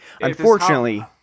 Unfortunately